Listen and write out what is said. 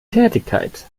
tätigkeit